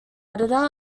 editor